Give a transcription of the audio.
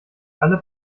alle